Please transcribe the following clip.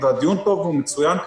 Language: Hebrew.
הדיון היום הוא מצוין.